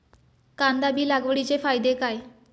कांदा बी लागवडीचे फायदे काय?